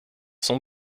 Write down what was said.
sont